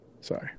Sorry